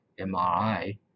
MRI